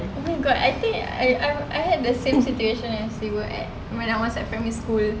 oh my god I think I I had the same situation as you when I was at primary school